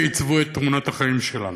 שעיצבו את תמונת החיים שלנו.